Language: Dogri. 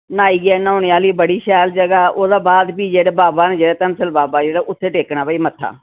न्हाईयै न्होने आह्ली बड़ी शैल जगह् ओह्दे बाद फ्ही जेह्ड़े बाबा न जेह्ड़े धनसर बाबा जेह्ड़े उत्थें टेकना भाई मत्था